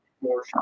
more